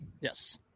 Yes